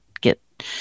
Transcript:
get